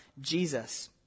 Jesus